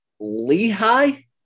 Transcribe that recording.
Lehi